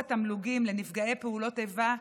חוק התמלוגים לנפגעי פעולות איבה,